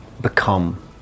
become